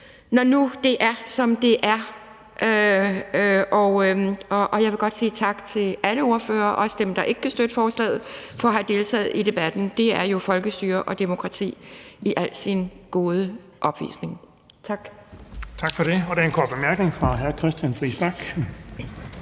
når nu det er, som det er, og jeg vil godt sige tak til alle ordførere, også dem, der ikke kan støtte forslaget, for at have deltaget i debatten. Det er jo folkestyre og demokrati i al sin gode opvisning. Tak. Kl. 19:16 Den fg. formand (Erling Bonnesen): Tak